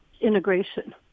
integration